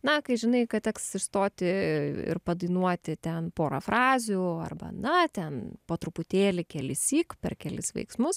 na kai žinai kad teks išstoti ir padainuoti ten porą frazių arba na ten po truputėlį kelissyk per kelis veiksmus